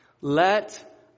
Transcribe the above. let